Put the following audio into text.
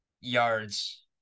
yards